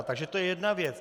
Takže to je jedna věc.